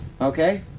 Okay